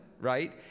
right